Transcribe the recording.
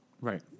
Right